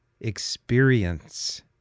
Experience